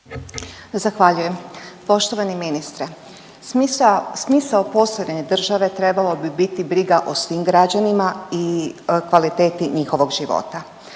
Zahvaljujem. Poštovani ministre, smisao postojanja države trebalo bi biti briga o svim građanima i kvaliteti njihovog života.